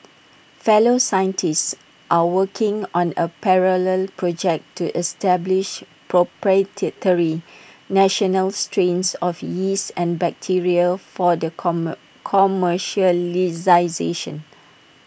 fellow scientists are working on A parallel project to establish proprietary national strains of yeast and bacteria for the comer commercialisation